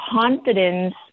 confidence